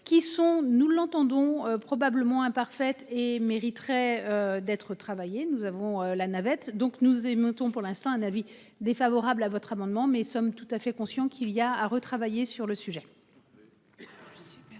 qui sont nous l'entendons probablement imparfaite et mériterait d'être. Nous avons la navette donc nous mettons pour l'instant un avis défavorable à votre amendement mais somme tout à fait conscient qu'il y a à retravailler sur le sujet.